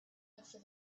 after